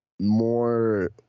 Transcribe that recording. more